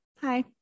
Hi